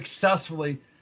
successfully